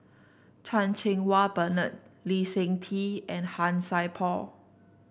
Chan Cheng Wah Bernard Lee Seng Tee and Han Sai Por